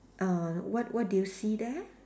uh what what do you see there